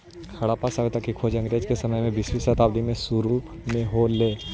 हड़प्पा सभ्यता के खोज अंग्रेज के समय में बीसवीं शताब्दी के सुरु में हो ले